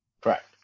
Correct